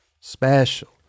special